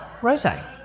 rosé